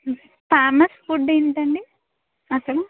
famous food ఏంటండి అక్కడ